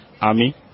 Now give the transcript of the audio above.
Army